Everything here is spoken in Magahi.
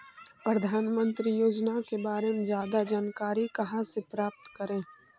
प्रधानमंत्री योजना के बारे में जादा जानकारी कहा से प्राप्त करे?